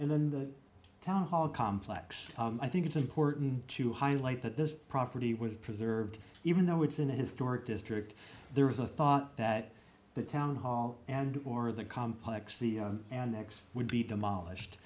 and then the town hall complex i think it's important to highlight that this property was preserved even though it's in a historic district there was a thought that the town hall and or the complex the annex would be demolished